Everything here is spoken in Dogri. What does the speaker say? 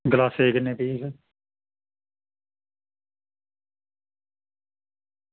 गलासै किन्ने चाहिदे